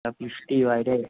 যা বৃষ্টি বাইরে